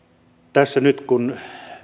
tässä nyt kun